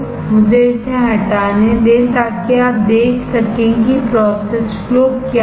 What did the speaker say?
मुझे इसे हटाने दें ताकि आप देख सकें कि प्रोसेस फ्लो क्या हैं